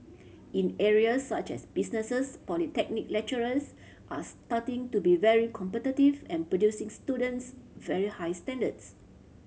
in areas such as businesses polytechnic lecturers are starting to be very competitive and producing students very high standards